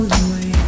away